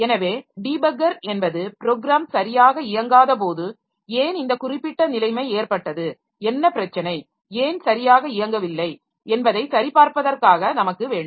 எனவே டீபக்கர் என்பது ப்ரோக்ராம் சரியாக இயங்காதபோது ஏன் இந்த குறிப்பிட்ட நிலைமை ஏற்பட்டது என்ன பிரச்சனை ஏன் சரியாக இயங்கவில்லை என்பதை சரிபார்ப்பதற்காக நமக்கு வேண்டும்